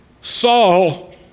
Saul